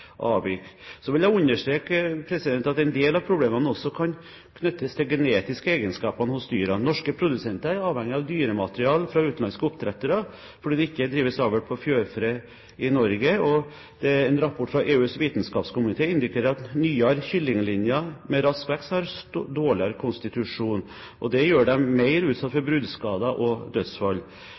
avvik. Så vil jeg understreke at en del av problemene også kan knyttes til genetiske egenskaper hos dyrene. Norske produsenter er avhengige av dyremateriale fra utenlandske oppdrettere, fordi det ikke drives avl på fjærfe i Norge. En rapport fra EUs vitenskapskomité indikerer at nyere kyllinglinjer med rask vekst har dårligere konstitusjon. Det gjør dem mer utsatte for bruddskader og dødsfall,